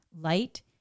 light